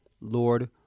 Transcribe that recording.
Lord